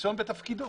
ניסיון בתפקידו.